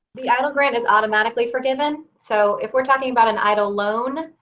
yeah eidl grant is automatically forgiven. so if we're talking about an eidl loan